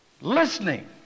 listening